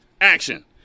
action